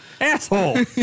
asshole